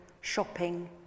shopping